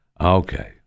Okay